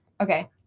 Okay